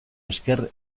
esker